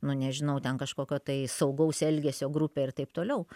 nu nežinau ten kažkokio tai saugaus elgesio grupė ir taip toliau